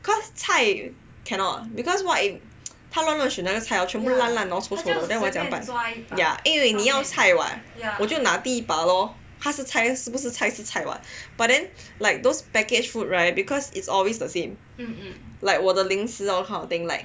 cause 菜 cannot because what if 他乱乱选那个菜全部烂烂丑丑的我要怎么办因为你要菜 [what] 我就拿第一把 lor 它菜是菜是不是菜是菜 [what] but then like those package food right is always the same like 我的零食 that kind of thing